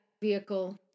vehicle